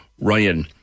Ryan